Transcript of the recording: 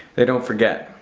they don't forget.